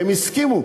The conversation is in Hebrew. הם הסכימו,